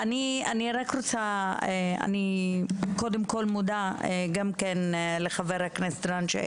אני רוצה קודם כל להודות לחבר הכנסת רון כץ,